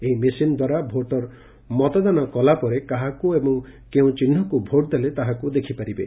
ଏହି ମେସିନ ଦ୍ୱାରା ଭୋଟର ମତଦାନ କଲାପରେ କାହାକୁ ଏବଂ କେଉଁ ଚିହ୍ନକୁ ଭୋଟ ଦେଲେ ତାହାକୁ ଦେଖ୍ପାରିବେ